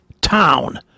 town